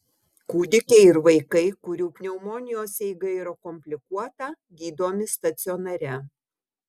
kūdikiai ir vaikai kurių pneumonijos eiga yra komplikuota gydomi stacionare